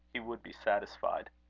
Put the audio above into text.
he would be satisfied.